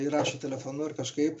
įrašo telefonu ir kažkaip